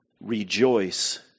rejoice